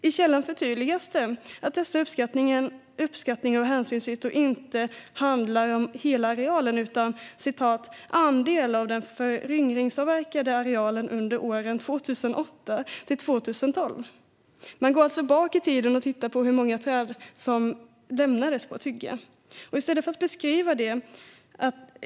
I källan förtydligas det nämligen att dessa uppskattningar av hänsynsytor inte handlar om hela arealen utan om "andel av den föryngringsavverkade arealen under åren 2008-2012". Man går alltså tillbaka i tiden och tittar på hur många träd som lämnades på ett hygge.